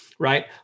right